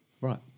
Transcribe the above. Right